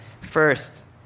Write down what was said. First